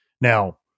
Now